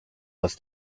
was